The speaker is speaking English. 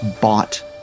bought